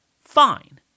Fine